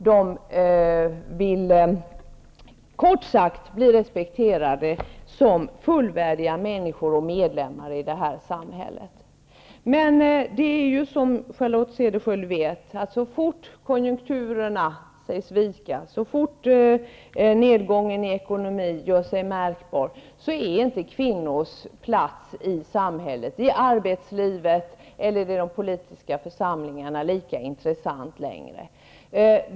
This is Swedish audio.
De vill kort sagt bli respekterade som fullvärdiga människor och medlemmar i samhället. Men så fort konjunkturerna sägs vika, så fort nedgången i ekonomin gör sig märkbar är -- som Charlotte Cederschiöld vet -- inte kvinnors plats i samhället, i arbetslivet eller i de politiska församlingarna lika intressant längre.